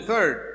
Third